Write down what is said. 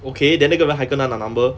okay then 那个人还跟她拿 number